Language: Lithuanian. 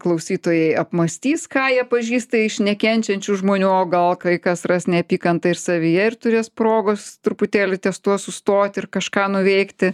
klausytojai apmąstys ką jie pažįsta iš nekenčiančių žmonių o gal kai kas ras neapykantą ir savyje ir turės progos truputėlį ties tuo sustoti ir kažką nuveikti